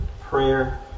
prayer